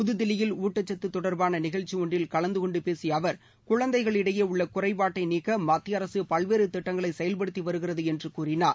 புதுதில்லியில் ஊட்டச்சத்து தொடர்பான நிகழ்ச்சி ஒன்றில் கலந்துகொண்டு பேசிய அவர் குழந்தைகளிடையே உள்ள குறைபாட்டை நீக்க மத்திய அரசு பல்வேறு திட்டங்களை செயல்படுத்தி வருகிறது என்று கூறினார்